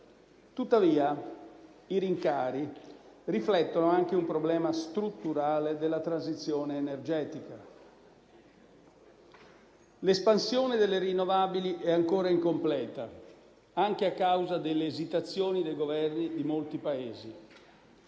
Tuttavia, i rincari riflettono anche un problema strutturale della transizione energetica. L'espansione delle rinnovabili è ancora incompleta, anche a causa delle esitazioni dei Governi di molti Paesi.